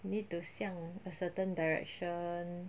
need to 向 a certain direction